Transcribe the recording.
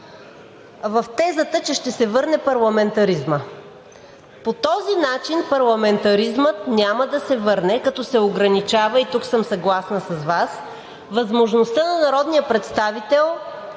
в тезата, че ще се върне парламентаризмът. По този начин парламентаризмът няма да се върне, като се ограничава, тук съм съгласна с Вас, възможността на народния представител